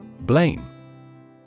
Blame